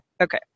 Okay